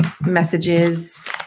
messages